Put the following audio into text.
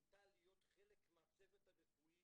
מונתה להיות חלק מהצוות הרפואי